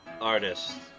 artist